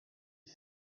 ici